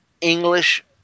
English